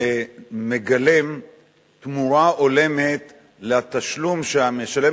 זה מגלם תמורה הולמת לתשלום שמשלם